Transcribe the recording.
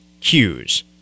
cues